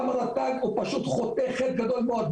גם הרט"ג הוא פשוט חוטא חטא גדול מאוד.